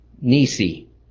Nisi